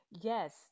Yes